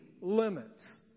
limits